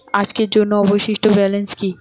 আজকের জন্য অবশিষ্ট ব্যালেন্স কি?